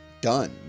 done